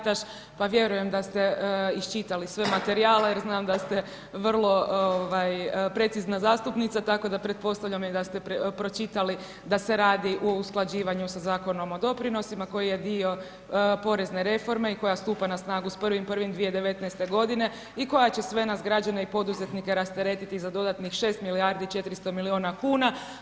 Mrak-Taritaš, pa vjerujem da ste iščitali sve materijale jer znam da ste vrlo precizna zastupnica tako da pretpostavljam i da ste pročitali da se radi o usklađivanju sa Zakonom o doprinosima koji je dio porezne reforme i koja stupa na snagu s 1.1.2019. g. i koja će sve nas građane i poduzetnike rasteretiti za dodatnih 6 milijardi u 400 milijuna kuna.